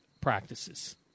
practices